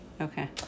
Okay